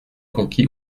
conquis